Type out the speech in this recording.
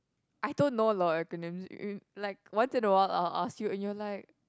I don't know a lot of acronyms you like once in a while I'll ask you and you are like